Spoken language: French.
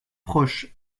proche